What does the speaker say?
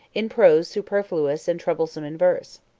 in prose superfluous and troublesome in verse.